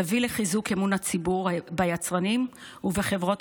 תביא לחיזוק אמון הציבור ביצרנים ובחברות